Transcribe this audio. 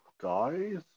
guys